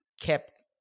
kept